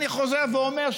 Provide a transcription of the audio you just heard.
אני חוזר ואומר,